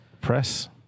Press